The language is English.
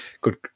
good